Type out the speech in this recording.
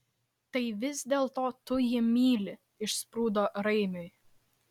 tai vis dėlto tu jį myli išsprūdo raimiui